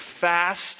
fast